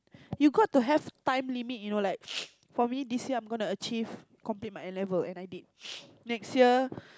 you got to have time limit you know like for me this year I'm gonna achieve complete my N-level and I did next year